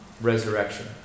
resurrection